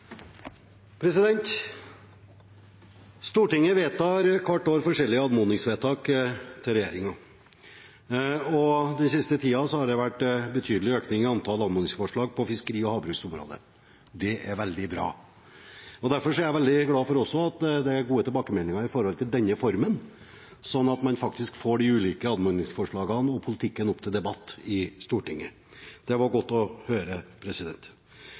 Stortinget vedtar hvert år forskjellige anmodningsforslag til regjeringen. Den siste tiden har det vært en betydelig økning i antall anmodningsforslag på fiskeri- og havbruksområdet. Det er veldig bra. Derfor er jeg også veldig glad for at det er gode tilbakemeldinger på denne formen, slik at man faktisk får de ulike anmodningsforslagene og politikken opp til debatt i Stortinget. Det er godt å høre.